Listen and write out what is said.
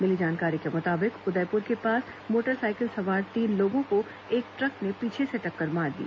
मिली जानकारी के मुताबिक उदयपुर के पास मोटरसाइकिल सवार तीन लोगों को एक ट्रक ने पीछे से टक्कर मार दी